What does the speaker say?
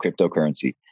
cryptocurrency